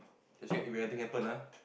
I swear if anything happen ah